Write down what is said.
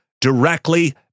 directly